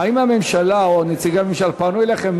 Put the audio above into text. האם הממשלה או נציגי הממשלה פנו אליכם,